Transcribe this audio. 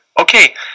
okay